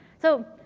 so,